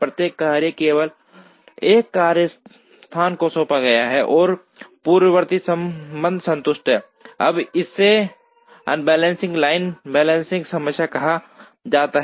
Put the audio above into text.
प्रत्येक कार्य केवल एक कार्यस्थान को सौंपा गया है और पूर्ववर्ती संबंध संतुष्ट हैं अब इसे असेंबली लाइन बैलेंसिंग समस्या कहा जाता है